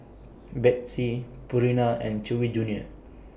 Betsy Purina and Chewy Junior